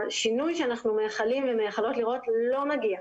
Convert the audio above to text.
השינוי שאנחנו מייחלים ומייחלות לראות, לא מגיע.